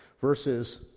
versus